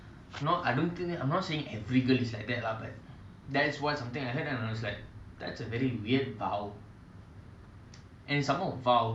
just compatible someone who is more giving like more into charity that's why I tell you spiritual is everything and everything speaks and